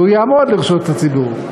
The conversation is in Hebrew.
והוא יעמוד לרשות הציבור,